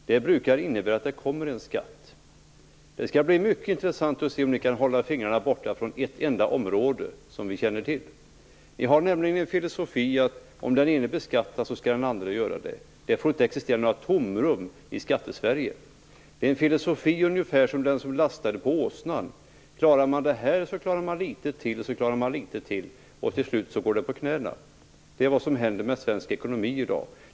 Det brukar innebära att det kommer en skatt. Det skall bli mycket intressant att se om ni kan hålla fingrarna borta från ett enda område, som vi känner till. Ni har nämligen en filosofi: Om den ene beskattas skall den andra göra det. Det får inte existera några tomrum i Skattesverige. Det är ungefär samma filosofi som den som lastar åsnan har: Om åsnan klarar det här klarar den litet till. Till slut går åsnan på knäna. Det är vad som händer med svensk ekonomi i dag.